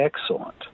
excellent